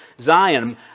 Zion